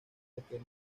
aquel